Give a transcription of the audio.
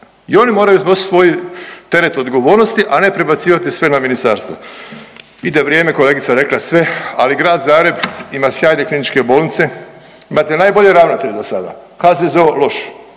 i oni moraju snosit svoj teret odgovornosti, a ne prebacivati sve na ministarstva. Ide vrijeme, kolegica je rekla sve, ali Grad Zagreb ima sjajne kliničke bolnice, imate najbolje ravnatelje dosada, HZZO loš,